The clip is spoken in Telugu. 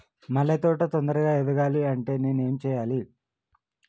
మల్లె తోట తొందరగా ఎదగాలి అంటే నేను ఏం చేయాలి?